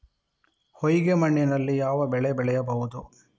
ಹೊಯ್ಗೆ ಮಣ್ಣಿನಲ್ಲಿ ಯಾವ ಬೆಳೆ ಬೆಳೆಯಬಹುದು?